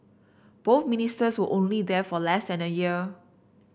both Ministers were only there for less than a year